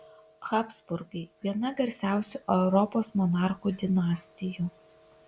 habsburgai viena garsiausių europos monarchų dinastijų